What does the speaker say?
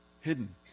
Hidden